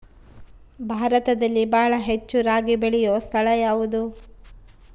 ಭಾರತದಲ್ಲಿ ಬಹಳ ಹೆಚ್ಚು ರಾಗಿ ಬೆಳೆಯೋ ಸ್ಥಳ ಯಾವುದು?